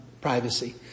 privacy